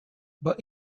but